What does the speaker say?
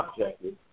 objective